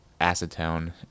acetone